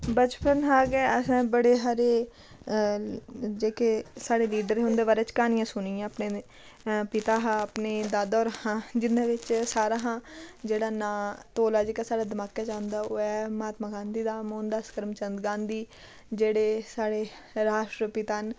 बचपन हा गै असें बड़े हारे जेह्के साढ़े लीडर हे उं'दे बारे च क्हानियां सुनियां अपने पिता हा अपने दादा होरें हां जिंदे बिच्च सारा हां जेह्ड़ा नांऽ तौला जेह्का साढ़े दमाकै च आंदा ओह् ऐ महात्मा गांधी दा मोहन दास कर्मचंद गांधी जेह्ड़े साढ़े राश्ट्रपिता न